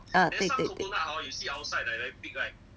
ah 对对对